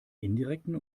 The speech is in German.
indirekten